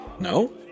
No